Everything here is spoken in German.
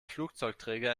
flugzeugträger